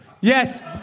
Yes